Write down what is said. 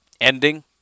ending